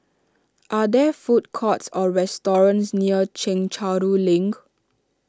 are there food courts or restaurants near Chencharu Link